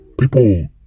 People